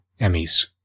Emmys